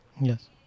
Yes